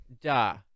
duh